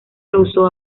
rehusó